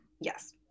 yes